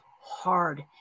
hard